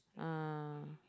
ah